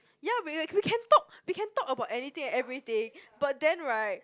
ya we we we can talk we can talk about anything and everything but then right